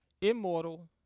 immortal